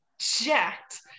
jacked